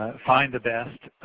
find the best.